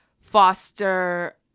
foster